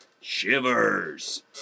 shivers